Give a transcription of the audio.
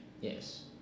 Yes